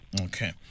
Okay